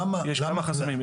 יש כמה חסמים,